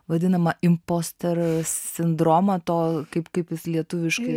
vadinamą imposter sindromą to kaip kaip jis lietuviškai